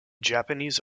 japanese